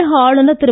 தமிழக ஆளுநர் திரு